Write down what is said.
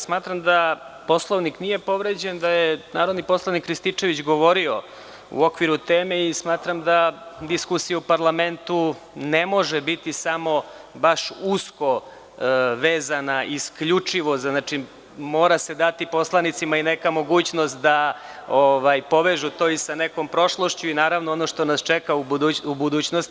Smatram da Poslovnik nije povređen, da je narodni poslanik Rističevć govorio u okviru teme i smatram da diskusija u parlamentu ne može biti samo baš usko vezana i isključivo, mora se dati poslanicima i neka mogućnost da povežu to i sa nekom prošlošću i, naravno, ono što nas čeka u budućnosti.